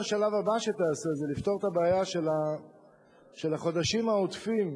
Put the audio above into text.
אם השלב הבא שתעשה זה לפתור את הבעיה של החודשים העודפים,